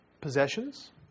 Possessions